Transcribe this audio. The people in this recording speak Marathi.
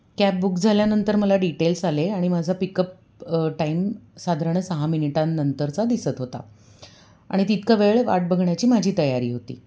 कॅब बुक झाल्यानंतर मला डिटेल्स आले आणि माझा पिकअप टाईम साधारण सहा मिनिटांनंतरचा दिसत होता आणि तितका वेळ वाट बघण्याची माझी तयारी होती